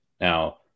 Now